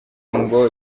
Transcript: ngo